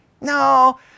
No